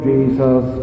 Jesus